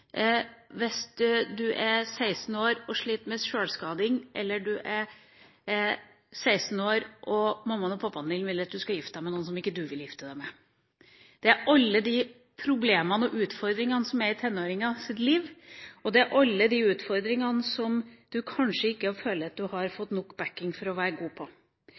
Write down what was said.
Hvis man er en kjempegod mattelærer, betyr det ikke nødvendigvis at du er den beste i verden for den som er 16 år og sliter med sjølskading, eller man er 16 år og mammaen og pappaen din vil at du skal gifte deg med en som du ikke vil gifte deg med. Det gjelder alle de problemene og utfordringene som er i en tenårings liv, og det gjelder alle de utfordringene der man som